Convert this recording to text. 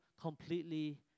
completely